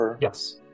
Yes